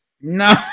No